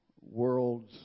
world's